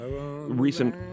recent